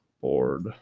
board